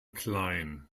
klein